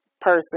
person